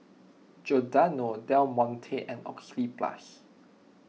Giordano Del Monte and Oxyplus